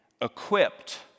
equipped